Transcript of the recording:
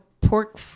pork